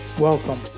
Welcome